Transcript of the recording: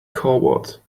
coward